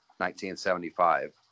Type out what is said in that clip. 1975